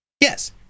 yes